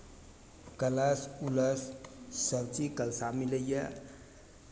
कलश उलश सभचीज कलशा मिलैए